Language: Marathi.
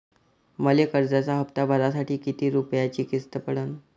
मले कर्जाचा हप्ता भरासाठी किती रूपयाची किस्त पडन?